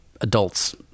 Adults